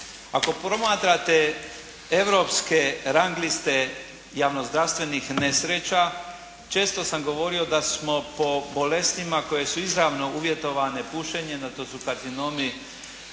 Ako promatrate europske rang liste javnozdravstvenih nesreća, često samo govorio da smo po bolestima koje su izravno uvjetovane pušenjem, a to su karcinomi